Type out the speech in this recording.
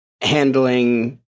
handling